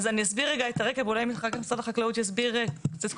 אז אני אסביר רגע את הרקע ואולי משרד החקלאות יסביר קודם.